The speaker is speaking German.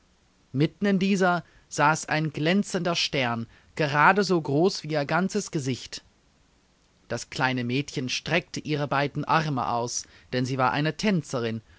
mitten in dieser saß ein glänzender stern gerade so groß wie ihr ganzes gesicht das kleine mädchen streckte ihre beiden arme aus denn sie war eine tänzerin